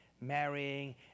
marrying